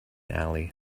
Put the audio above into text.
alley